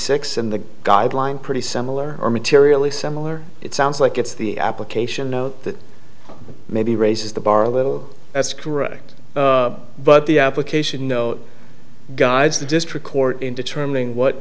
six and the guideline pretty similar or materially similar it sounds like it's the application note that maybe raises the bar a little that's correct but the application no guides the district court in determining